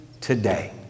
today